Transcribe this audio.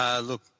Look